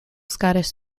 scottish